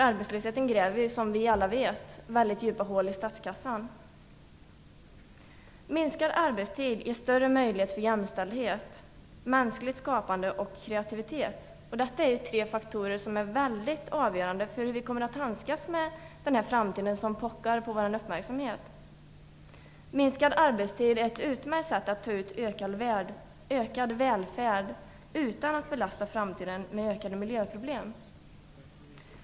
Arbetslösheten gräver, som vi alla vet, väldigt djupa hål i statskassan. Minskad arbetstid ger större möjlighet till jämställdhet, mänskligt skapande och kreativitet. Det är de tre faktorer som är avgörande för hur vi kommer att kunna handskas med den framtid som pockar på vår uppmärksamhet. Minskad arbetstid är ett utmärkt sätt att ta ut ökad välfärd utan att belasta framtiden med ökade miljöproblem.